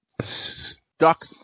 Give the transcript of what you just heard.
stuck –